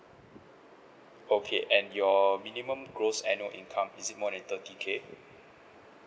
okay and your minimum gross annual income is it more than thirty K